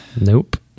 Nope